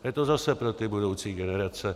Je to zase pro ty budoucí generace.